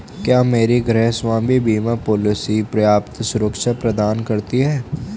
क्या मेरी गृहस्वामी बीमा पॉलिसी पर्याप्त सुरक्षा प्रदान करती है?